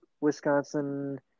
Wisconsin –